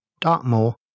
Dartmoor